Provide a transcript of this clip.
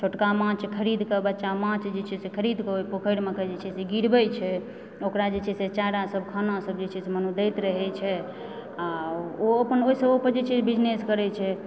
छोटका माछ खरीदक बच्चा माछ जे छै से खरीदक ओहि पोखरिमेके जे छै गिरबय छै ओकरा जे छै से चारा सब खाना सब जे छै मानू दैत रहय छै आ ओ अपन ओहिसँ अपन बिजनेस करए छै